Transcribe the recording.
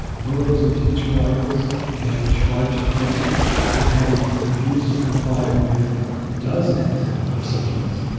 one of those impeachment articles might charge him with having refused to comply with dozens of subpoenas.